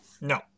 no